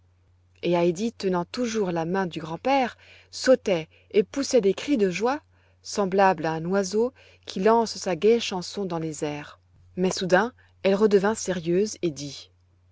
et heidi tenant toujours la main du grand-père sautait et poussait des cris de joie semblable à un oiseau qui lance sa gaie chanson dans les airs mais soudain elle redevint sérieuse